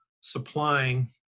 supplying